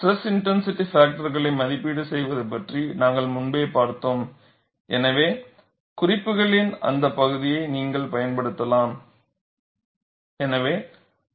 stress intensity பாக்டர்களை மதிப்பீடு செய்வது பற்றி நாங்கள் முன்பே பார்த்தோம் எனவே குறிப்புகளின் அந்த பகுதியை நீங்கள் பயன்படுத்தலாம்